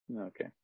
okay